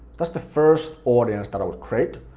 that's the first audience that i will create.